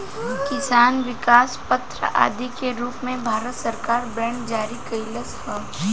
किसान विकास पत्र आदि के रूप में भारत सरकार बांड जारी कईलस ह